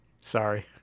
Sorry